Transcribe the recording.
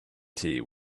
tea